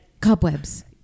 cobwebs